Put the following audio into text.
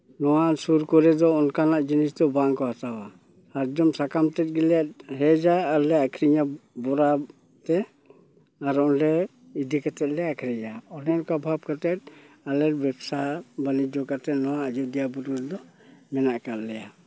ᱱᱚᱣᱟ ᱥᱩᱨ ᱠᱚᱨᱮ ᱫᱚ ᱚᱱᱠᱟᱱᱟᱜ ᱡᱤᱱᱤᱥ ᱫᱚ ᱵᱟᱝ ᱠᱚ ᱦᱟᱛᱟᱣᱟ ᱥᱟᱨᱡᱚᱢ ᱥᱟᱠᱟᱢ ᱛᱮᱫ ᱜᱮᱞᱮ ᱦᱮᱡᱼᱟ ᱟᱨ ᱞᱮ ᱟᱠᱷᱨᱤᱧᱟ ᱵᱚᱨᱟᱛ ᱛᱮ ᱟᱨᱞᱮ ᱤᱫᱤ ᱠᱟᱛᱮᱫ ᱞᱮ ᱟᱠᱷᱨᱤᱧᱟ ᱚᱱᱮ ᱚᱱᱠᱟ ᱵᱷᱟᱵᱽ ᱠᱟᱛᱮᱫ ᱟᱞᱮ ᱵᱮᱵᱽᱥᱟ ᱵᱟᱱᱤᱡᱡᱚ ᱠᱟᱛᱮᱫ ᱟᱡᱳᱫᱤᱭᱟ ᱵᱩᱨᱩ ᱨᱮᱫᱚ ᱢᱮᱱᱟᱜ ᱟᱠᱟᱫ ᱞᱮᱭᱟ